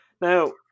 Now